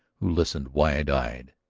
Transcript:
who listened wide-eyed.